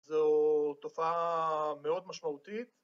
‫זו תופעה מאוד משמעותית.